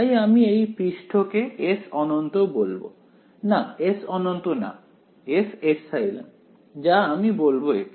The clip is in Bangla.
তাই আমি এই পৃষ্ঠ কে S অনন্ত বলবো না S অনন্ত না Sε যা আমি বলব একে